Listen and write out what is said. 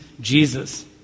Jesus